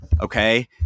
Okay